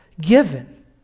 given